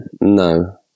No